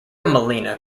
molina